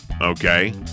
Okay